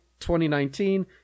2019